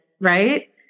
right